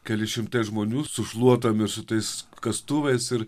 keli šimtai žmonių su šluotom ir su tais kastuvais ir